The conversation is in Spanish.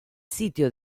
sitio